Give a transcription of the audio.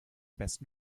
besten